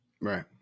Right